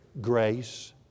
Grace